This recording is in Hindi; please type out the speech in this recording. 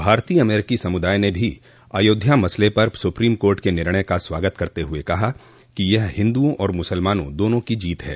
भारतीय अमरीकी समुदाय ने भी अयोध्या मसले पर सुप्रीम कोर्ट के निर्णय का स्वागत करते हुए कहा कि यह हिन्दुओं और मुसलमानों दोनों की जीत है